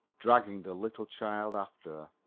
dragging the little child after